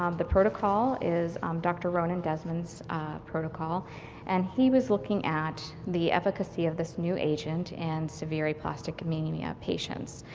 um the protocol is um dr. and desmond's protocol and he was looking at the efficacy of this new agent and severe aplastic anemia patients.